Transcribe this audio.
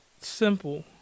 simple